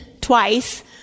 twice